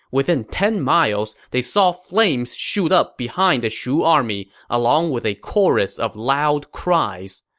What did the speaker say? within ten miles, they saw flames shoot up behind the shu army, along with a chorus of loud cries.